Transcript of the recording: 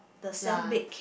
flour